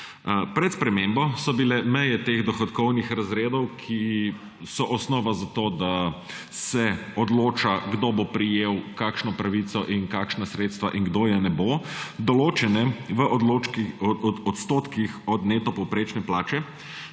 Pred spremembo so bile meje teh dohodkovnih razredov, ki so osnova za to, da se odloča, kdo bo prejel kakšno pravico in kakšna sredstva in kdo je ne bo, določene v odstotkih od neto povprečne plače,